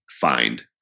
find